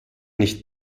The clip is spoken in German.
nicht